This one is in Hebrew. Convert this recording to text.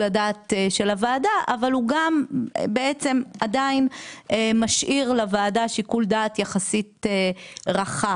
הדעת של הוועדה אבל הוא גם עדין משאיר לוועדה שיקול דעת יחסית רחב.